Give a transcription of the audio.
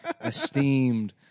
esteemed